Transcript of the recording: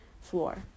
floor